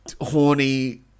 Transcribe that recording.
horny